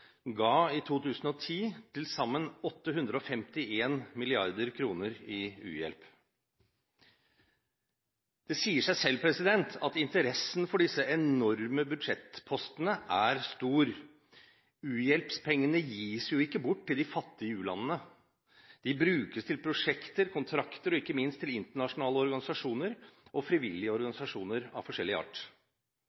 ga i 2010 til sammen 851 mrd. kr i u-hjelp. Det sier seg selv at interessen for disse enorme budsjettpostene er stor. U-hjelpspengene gis jo ikke bort til de fattige i u-landene. De brukes til prosjekter, kontrakter og ikke minst til internasjonale organisasjoner og frivillige